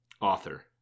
author